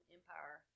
Empire